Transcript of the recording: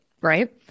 right